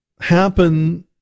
happen